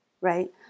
right